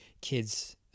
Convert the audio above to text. kids